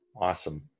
awesome